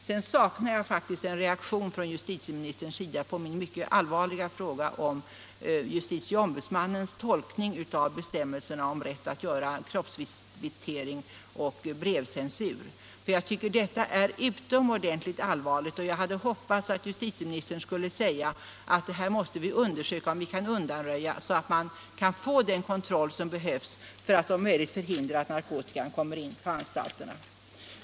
Vidare saknar jag faktiskt en reaktion från justitieministern på min mycket seriösa fråga om justitieombudsmannens tolkning av bestämmelserna om rätt att göra kroppsvisitering och utöva brevcensur. Detta är utomordentligt allvarliga frågor, och jag hade hoppats att justitieministern skulle säga att vi kan undersöka om vi kan undanröja de nuvarande möjligheterna och införa den kontroll som behövs för att om möjligt förhindra att narkotikan kommer in på anstalterna.